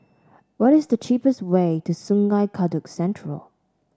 what is the cheapest way to Sungei Kadut Central